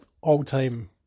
all-time